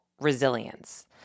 resilience